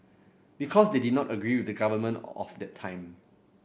because they did not agree with the government of that time